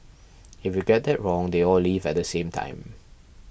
if you get that wrong they all leave at the same time